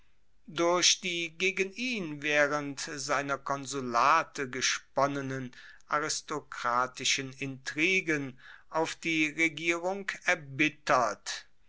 durch die gegen ihn waehrend seiner konsulate gesponnenen aristokratischen intrigen auf die regierung erbittert